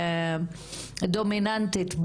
דומיננטית,